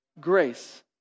grace